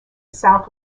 south